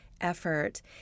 Effort